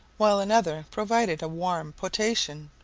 while another provided a warm potation,